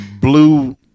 blue